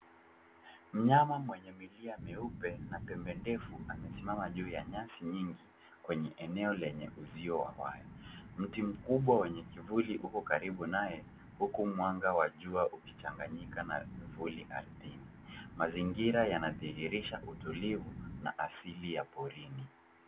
Mnyama mwenye milia meupe na pembe ndefu amesimama juu ya nyasi nyingi kwenye eneo lenye uzio wa waya. Mti mkubwa wenye kivuli uko karibu naye huku mwanga wa jua ukichanganyika na vivuli ardhini. Mazingira yanadhihirisha utulivu na asili ya porini.